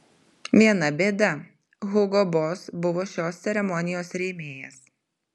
viena bėda hugo boss buvo šios ceremonijos rėmėjas